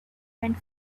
went